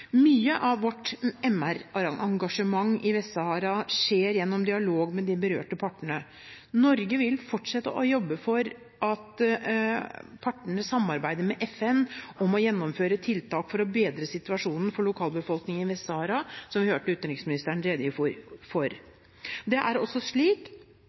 Mye av vårt MR-engasjement i Vest-Sahara skjer gjennom dialog med de berørte partene. Norge vil fortsette å arbeide for at partene samarbeider med FN om å gjennomføre tiltak for å bedre situasjonen for lokalbefolkningen i Vest-Sahara, som vi hørte utenriksministeren redegjorde for. Det er også slik